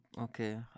okay